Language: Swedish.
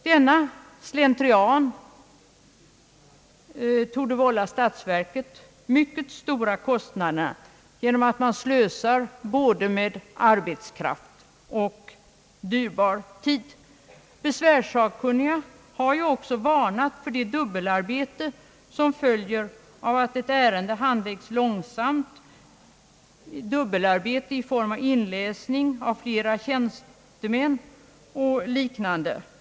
Denna slentrian torde vålla statsverket mycket stora kostnader genom slöseri både med arbetskraft och dyrbar tid. Besvärssakkunniga har också varnat för det dubbelarbete som följer av att ett ärende handläggs långsamt, dubbelarbete i form av inläsning av flera tjänstemän och liknande.